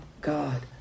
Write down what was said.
God